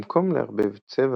במקום לערבב צבע